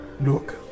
Look